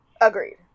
Agreed